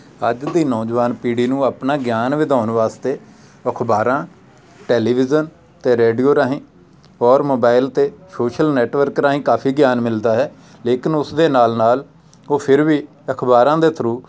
ਅੱਜ ਦੀ ਨੌਜਵਾਨ ਪੀੜ੍ਹੀ ਨੂੰ ਆਪਣਾ ਗਿਆਨ ਵਧਾਉਣ ਵਾਸਤੇ ਅਖਬਾਰਾਂ ਟੈਲੀਵਿਜ਼ਨ ਅਤੇ ਰੇਡੀਓ ਰਾਹੀਂ ਔਰ ਮੋਬਾਇਲ 'ਤੇ ਸੋਸ਼ਲ ਨੈਟਵਰਕ ਰਾਹੀਂ ਕਾਫੀ ਗਿਆਨ ਮਿਲਦਾ ਹੈ ਲੇਕਿਨ ਉਸ ਦੇ ਨਾਲ ਨਾਲ ਉਹ ਫਿਰ ਵੀ ਅਖਬਾਰਾਂ ਦੇ ਥਰੂ